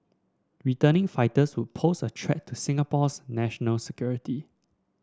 returning fighters would pose a threat to Singapore's national security